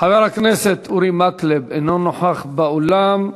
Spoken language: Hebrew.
חבר הכנסת אורי מקלב, אינו נוכח באולם.